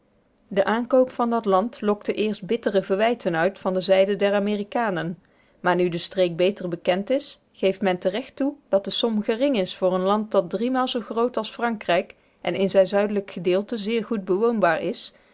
de aankoop van dat land lokte eerst bittere verwijten uit van de zijde der amerikanen maar nu de streek beter bekend is geeft men terecht toe dat de som gering is voor een land dat driemaal zoo groot als frankrijk en in zijn zuidelijk gedeelte zeer goed bewoonbaar is